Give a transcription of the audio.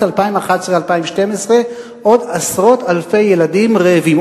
2011 2012 עוד עשרות אלפי ילדים רעבים,